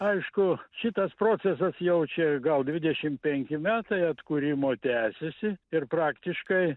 aišku šitas procesas jau čia gal dvidešim penki metai atkūrimo tęsiasi ir praktiškai